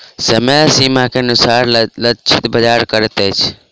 समय सीमा के अनुसार लक्षित बाजार करैत अछि